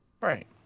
Right